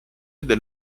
del